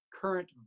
current